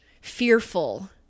fearful